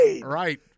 Right